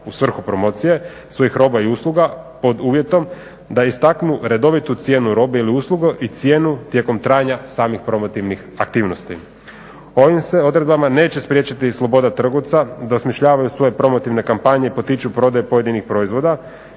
u svrhu promocije svojih roba i usluga pod uvjetom da istaknu redovitu cijenu robe ili usluge i cijenu tijekom trajanja samih promotivnih aktivnosti. Ovim se odredbama neće spriječiti sloboda trgovca da osmišljavaju svoje promotivne kampanje i potiču prodaju pojedinih proizvoda,